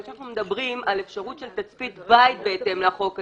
אנחנו מדברים על אפשרות של תצפית בית בהתאם לחוק הזה,